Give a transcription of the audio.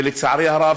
ולצערי הרב,